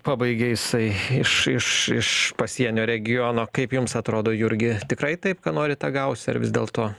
pabaigė jisai iš iš iš pasienio regiono kaip jums atrodo jurgi tikrai taip ką nori tą gausi ar vis dėlto